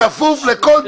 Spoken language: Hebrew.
בכפוף לכל דין.